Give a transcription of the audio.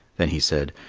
then he said,